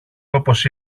όπως